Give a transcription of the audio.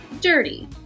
dirty